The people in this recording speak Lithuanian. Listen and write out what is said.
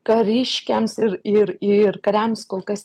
kariškiams ir ir ir kariams kol kas